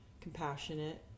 compassionate